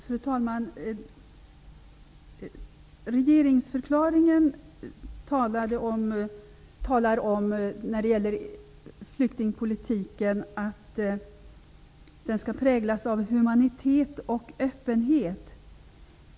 Fru talman! Regeringsförklaringen talar om att flyktingpolitiken skall präglas av humanitet och öppenhet.